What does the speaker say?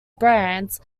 brands